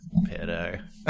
pedo